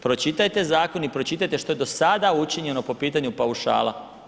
Pročitajte zakon i pročitajte što je do sada učinjeno po pitanju paušala.